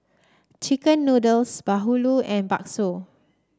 chicken noodles Bahulu and Bakso